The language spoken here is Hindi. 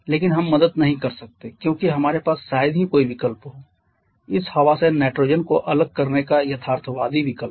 लेकिन हम मदद नहीं कर सकते क्योंकि हमारे पास शायद ही कोई विकल्प हो इस हवा से नाइट्रोजन को अलग करने का यथार्थवादी विकल्प